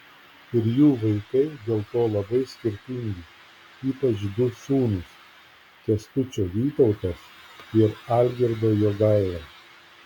ir jų vaikai dėl to labai skirtingi ypač du sūnūs kęstučio vytautas ir algirdo jogaila